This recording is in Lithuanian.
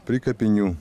prie kapinių